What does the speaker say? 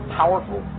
powerful